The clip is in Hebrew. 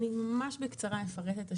אני ממש בקצרה אפרט את השינויים.